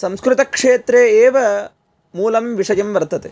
संस्कृतक्षेत्रे एव मूलं विषयं वर्तते